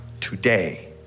today